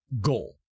goal